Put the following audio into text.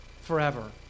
forever